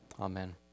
Amen